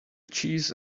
cheese